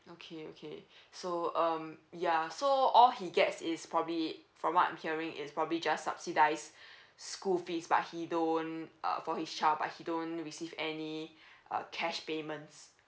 okay okay so um ya so all he gets is probably from what I'm hearing is probably just subsidize school fees but he don't uh for his child but he don't receive any uh cash payments